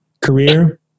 career